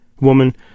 Woman